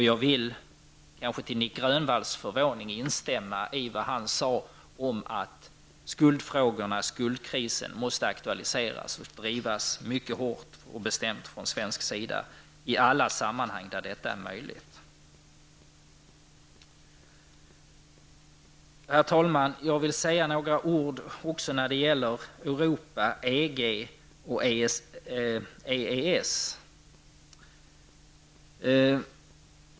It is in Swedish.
Jag vill till Nic Grönvalls förvåning kanske instämma i vad han sade om skuldkrisen och att skuldfrågorna måste aktualiseras och drivas mycket hårt och bestämt från svensk sida i alla sammanhang där detta är möjligt. Herr talman! Jag vill även säga några ord om Europa, EG och EES.